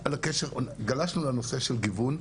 גלשנו לנושא של גיוון.